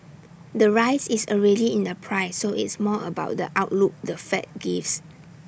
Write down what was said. the rise is already in the price so it's more about the outlook the fed gives